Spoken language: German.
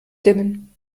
dimmen